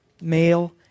male